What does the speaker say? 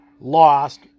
lost